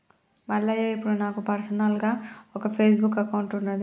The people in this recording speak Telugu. మల్లయ్య ఇప్పుడు నాకు పర్సనల్గా ఒక ఫేస్బుక్ అకౌంట్ ఉన్నది